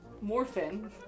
Morphin